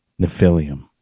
Nephilim